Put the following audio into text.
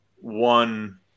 one